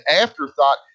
afterthought